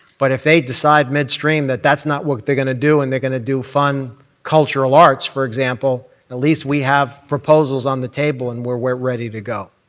but if they decide mid stream that that's not what they're going to do, and they're going to fund cultural arts, for example, at least we have proposals on the table and we're we're ready to go.